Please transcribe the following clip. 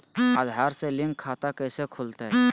आधार से लिंक खाता कैसे खुलते?